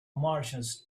martians